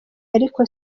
ariko